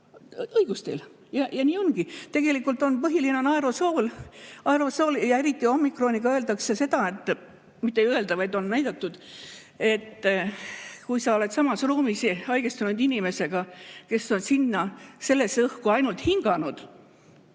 Õigus teil. Ja nii ongi. Tegelikult on põhiline aerosool, ja eriti omikroniga öeldakse seda, et ... Mitte ei öelda, vaid on näidatud, et kui sa oled samas ruumis haigestunud inimesega, kes on sinna sellesse õhku ainult hinganud